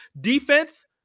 defense